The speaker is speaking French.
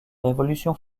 révolution